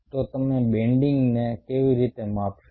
તો તમે બેન્ડિંગને કેવી રીતે માપશો